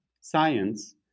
science